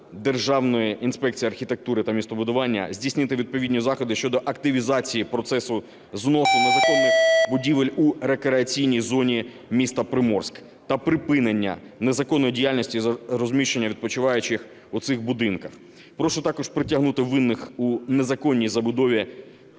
Державної інспекції архітектури та містобудування здійснити відповідні заходи щодо активізації процесу зносу незаконних будівель у рекреаційній зоні міста Приморськ, та припинення незаконної діяльності з розміщення відпочиваючих в цих будинках. Прошу також притягнути винних в незаконній забудові